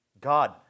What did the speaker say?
God